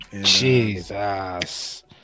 Jesus